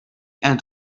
end